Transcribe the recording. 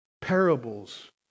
parables